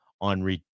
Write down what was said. on